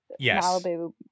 Malibu